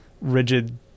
rigid